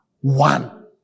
one